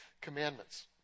commandments